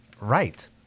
Right